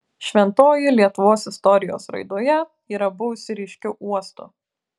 šventoji lietuvos istorijos raidoje yra buvusi ryškiu uostu